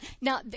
Now